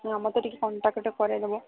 contact କରେଇଦେବୁ